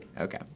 Okay